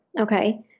okay